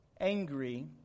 angry